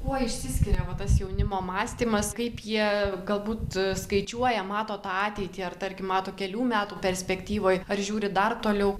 kuo išsiskiria va tas jaunimo mąstymas kaip jie galbūt skaičiuoja mato tą ateitį ar tarkim mato kelių metų perspektyvoj ar žiūri dar toliau